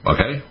Okay